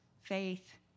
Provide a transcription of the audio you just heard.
faith